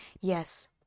yes